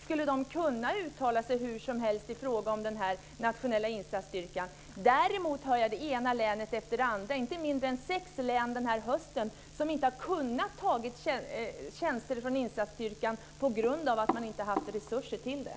Skulle de kunna uttala sig hur som helst om den internationella insatsstyrkan? Däremot har jag hört att det ena länet efter det andra, inte mindre än sex län den här hösten, inte har kunnat ta tjänster från insatsstyrkan på grund av att man inte har haft resurser till det.